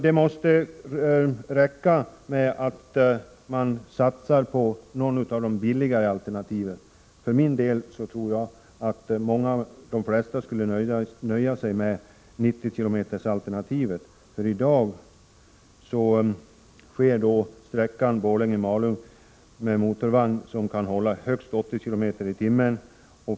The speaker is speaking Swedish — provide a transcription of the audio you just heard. Det måste räcka med att man satsar på något av de billigare alternativen. För min del tror jag att de flesta skulle nöja sig med 90-kilometersalternativet, för i dag trafikeras sträckan Borlänge-Malung med motorvagn, som kan hålla högst 80 km/tim.